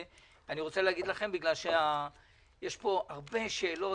אני רוצה להגיד לכם, בגלל שיש פה הרבה שאלות.